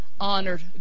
honored